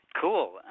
Cool